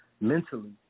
mentally